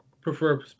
prefer